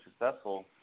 successful